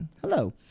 Hello